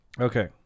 Okay